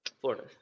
Florida